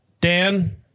Dan